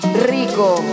rico